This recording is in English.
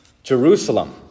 Jerusalem